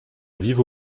vive